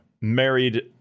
married